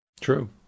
True